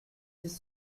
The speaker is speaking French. six